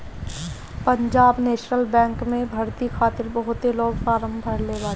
Punjab National Bank में भर्ती खातिर बहुते लोग फारम भरले बाटे